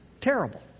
terrible